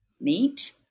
meat